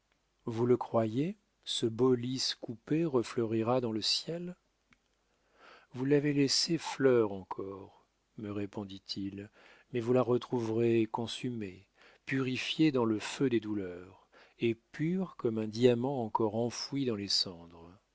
vous le croyez ce beau lys coupé refleurira dans le ciel vous l'avez laissée fleur encore me répondit-il mais vous la retrouverez consumée purifiée dans le feu des douleurs et pure comme un diamant encore enfoui dans les cendres